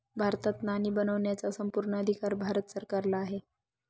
भारतात नाणी बनवण्याचा संपूर्ण अधिकार भारत सरकारला आहे